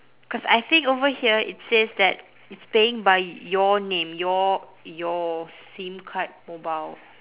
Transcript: cause I think over here it says that it's paying by your name your your sim card mobile